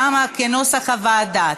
כנוסח הוועדה.